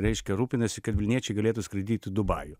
reiškia rūpinasi kad vilniečiai galėtų skraidyt į dubajų